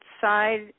side